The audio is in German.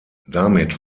damit